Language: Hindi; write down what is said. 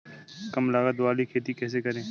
कम लागत वाली खेती कैसे करें?